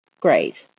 great